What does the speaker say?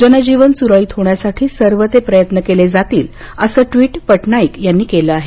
जनजीवन सुरळीत होण्यासाठी सर्व ते प्रयत्न केले जात आहेत असं ट्वीट पटनाईक यांनी केलं आहे